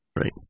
Right